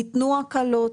ניתנו הקלות.